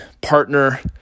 partner